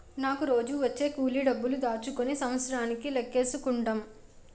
నాకు రోజూ వచ్చే కూలి డబ్బులు దాచుకుని సంవత్సరానికి లెక్కేసుకుంటాం